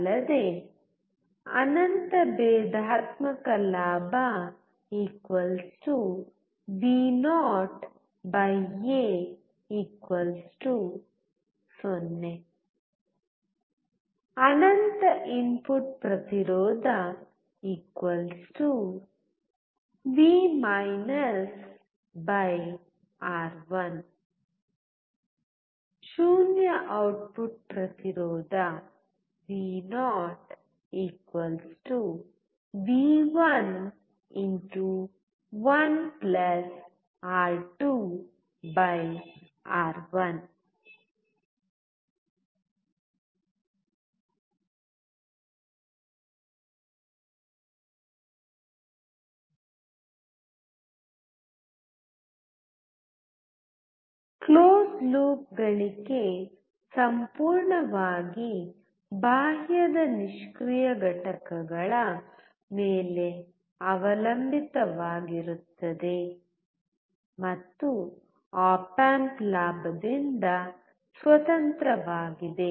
ಅಲ್ಲದೆ ಅನಂತ ಭೇದಾತ್ಮಕ ಲಾಭ ವಿ0ಎ 0 vo A 0 ಅನಂತ ಇನ್ಪುಟ್ ಪ್ರತಿರೋಧ ವಿ ಆರ್1 v R1 ಶೂನ್ಯ ಔಟ್ಪುಟ್ ಪ್ರತಿರೋಧವಿ0 ವಿ1 1 ಆರ್2 ಆರ್1 vo v1 1 R2 R1 ಮುಚ್ಚಿದ ಲೂಪ್ ಗಳಿಕೆ ಸಂಪೂರ್ಣವಾಗಿ ಬಾಹ್ಯದ ನಿಷ್ಕ್ರಿಯ ಘಟಕಗಳ ಮೇಲೆ ಅವಲಂಬಿತವಾಗಿರುತ್ತದೆ ಮತ್ತು ಆಪ್ ಆಂಪ್ ಲಾಭದಿಂದ ಸ್ವತಂತ್ರವಾಗಿದೆ